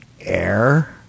air